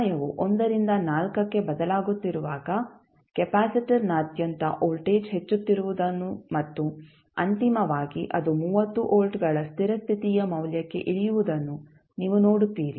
ಸಮಯವು 1 ರಿಂದ 4 ಕ್ಕೆ ಬದಲಾಗುತ್ತಿರುವಾಗ ಕೆಪಾಸಿಟರ್ನಾದ್ಯಂತ ವೋಲ್ಟೇಜ್ ಹೆಚ್ಚುತ್ತಿರುವುದನ್ನು ಮತ್ತು ಅಂತಿಮವಾಗಿ ಅದು 30 ವೋಲ್ಟ್ಗಳ ಸ್ಥಿರ ಸ್ಥಿತಿಯ ಮೌಲ್ಯಕ್ಕೆ ಇಳಿಯುವುದನ್ನು ನೀವು ನೋಡುತ್ತೀರಿ